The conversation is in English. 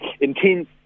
intense